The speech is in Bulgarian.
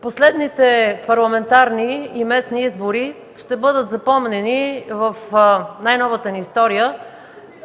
Последните парламентарни и местни избори ще бъдат запомнени в най-новата ни история